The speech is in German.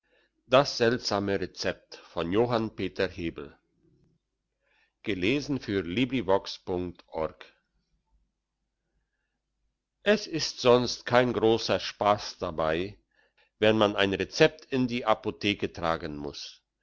das seltsame rezept es ist sonst kein grosser spass dabei wenn man ein rezept in die apotheke tragen muss